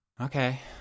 Okay